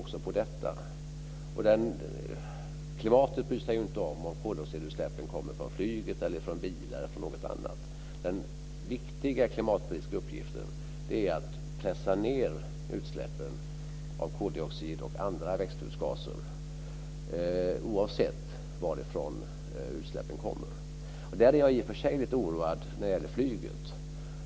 Klimatet bryr sig inte om ifall koldioxidutsläppen kommer från flyget eller om de kommer från bilar eller någonting annat. Den viktiga klimatpolitiska uppgiften är att pressa ned utsläppen av koldioxid och andra växthusgaser, oavsett varifrån utsläppen kommer. Där är jag i och för sig lite oroad när det gäller flyget.